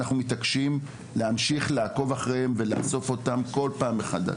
אבל אנחנו מתעקשים להמשיך לעקוב אחריהם ולנסות להחזיר אותם כל פעם מחדש.